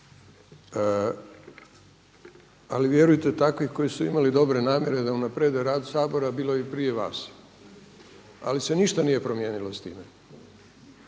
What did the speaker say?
ali vjerujte takvi koji su imali dobre namjere da unaprijede rad Sabora bilo je i prije vas, ali se ništa nije promijenilo s time